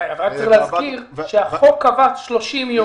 צריך להזכיר שהחוק קבע 30 יום,